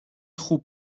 خوب